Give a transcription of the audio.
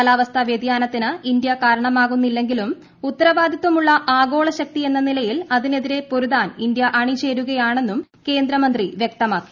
കാലാവസ്ഥാ വൃതിയാനത്തിന് ഇന്ത്യ കാരണമാകുന്നില്ലെങ്കിലും ഉത്തരവാദിത്വമുള്ള ആഗോള ശക്തി എന്ന നിലയിൽ അതിനെതിരെ പൊരുതാൻ ഇന്ത്യ അണിചേരുകയാണെന്നും കേന്ദ്രമന്ത്രി വ്യക്തമാക്കി